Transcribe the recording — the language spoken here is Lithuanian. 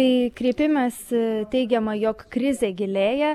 tai kreipimesi teigiama jog krizė gilėja